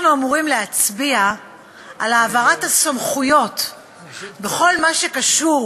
אנחנו אמורים להצביע על העברת הסמכויות בכל מה שקשור